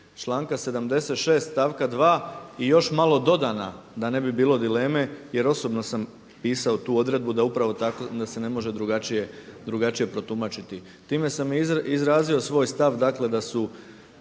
članka 76. stavka 2. i još malo dodana, da ne bi bilo dileme jer osobno sam pisao tu odredbu da upravo tako, da se ne može drugačije protumačiti. Time sam izrazio svoj stav, dakle da su